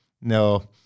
No